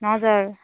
हजुर